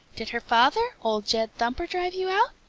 did her father, old jed thumper, drive you out?